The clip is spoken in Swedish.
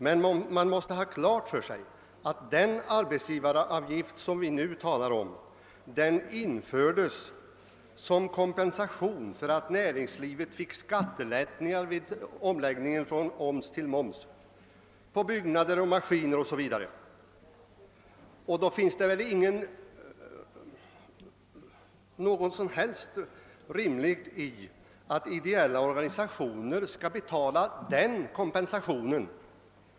Men man måste ha klart för sig att den arbetsgivaravgift, som det nu är fråga om, infördes som kompensation för att näringslivet fick skattelättnader på byggnader och maskiner o.s.v. vid omläggningen från oms till moms, och då finns det väl ingen rimlig anledning till att ideella organisationer skall betala den kompensationen.